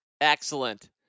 Excellent